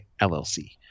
LLC